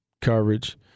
coverage